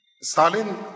Stalin